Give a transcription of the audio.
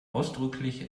ausdrücklich